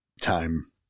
time